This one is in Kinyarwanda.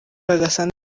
rwagasana